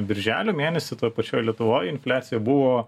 birželio mėnesį toj pačioj lietuvoj infliacija buvo